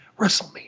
WrestleMania